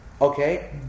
Okay